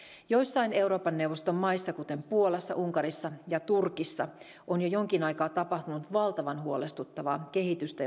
joissain euroopan neuvoston maissa kuten puolassa unkarissa ja turkissa on jo jonkin aikaa tapahtunut valtavan huolestuttavaa kehitystä